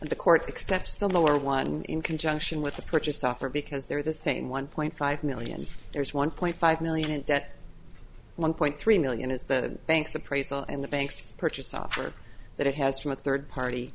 the court accepts the lower one in conjunction with the purchase offer because they're the same one point five million there's one point five million in debt one point three million is the bank's appraisal and the bank's purchase offer that it has from a third party